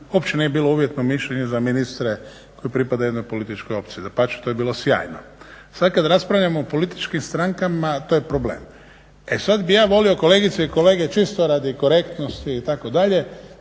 uopće nije bilo uvjetno mišljenje za ministre koji pripadaju jednoj političkoj opciji, dapače to je bilo sjajno. Sada kada raspravljamo o političkim strankama to je problem. e sada bi ja volio kolegice i kolege čisto radi korektnosti itd. da